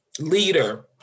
leader